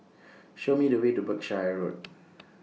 Show Me The Way to Berkshire Road